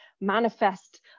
manifest